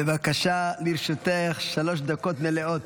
בבקשה, לרשותך שלוש דקות מלאות.